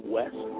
West